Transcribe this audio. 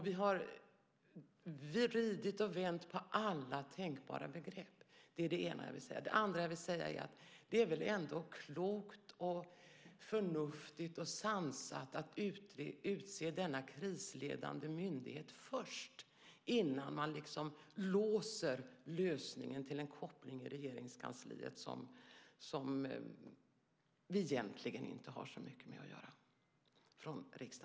Vi har vridit och vänt på alla tänkbara begrepp. Det är det ena som jag vill säga. Det andra som jag vill säga är att det väl ändå är klokt, förnuftigt och sansat att inrätta denna krisledande myndighet först, innan man låser lösningen till en koppling i Regeringskansliet som vi från riksdagens sida egentligen inte har så mycket med att göra?